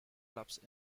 clubs